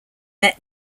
met